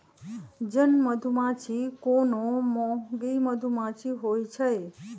जन मधूमाछि कोनो मौगि मधुमाछि होइ छइ